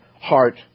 heart